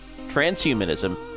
transhumanism